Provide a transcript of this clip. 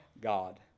God